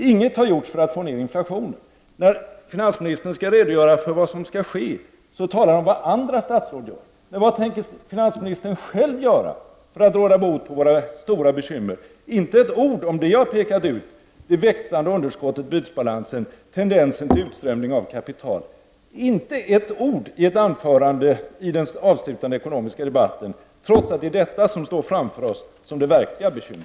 Inget har gjorts för att få ned inflationen. När finansministern skall redogöra för vad som skall ske, talar han om vad andra statsråd gör. Men vad tänker finansministern själv göra för att råda bot på våra stora bekymmer? Inte ett ord om det jag pekade på, det växande underskottet i bytesbalansen, tendensen till utströmning av kapital — inte ett ord i ett anförande i den avslutande ekonomiska debatten, trots att det är detta som står framför oss som det verkliga bekymret.